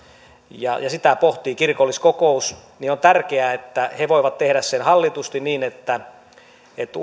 ja sitä pohtii kirkolliskokous niin on tärkeää että he voivat tehdä sen hallitusti niin että että